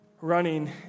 running